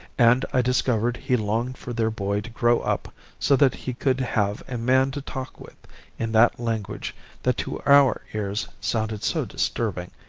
and i discovered he longed for their boy to grow up so that he could have a man to talk with in that language that to our ears sounded so disturbing,